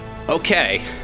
Okay